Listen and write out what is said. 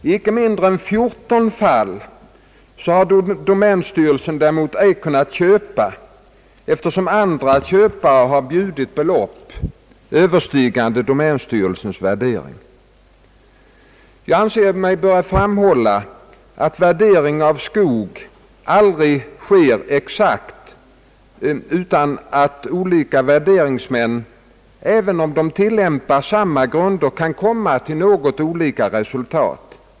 I icke mindre än 14 fall har domänstyrelsen ej kunnat köpa, eftersom andra köpare har bjudit belopp överstigande :domänstyrelsens .värdering. Jag anser mig böra framhålla att värdering av skog aldrig kan ske exakt utan att olika värderingsmän, även om de tillämpar samma grunder, kan komma till något olika resultat.